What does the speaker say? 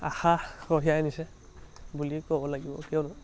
আশা কঢ়িয়াই আনিছে বুলিয়ে ক'ব লাগিব কিয়নো